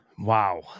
Wow